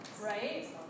right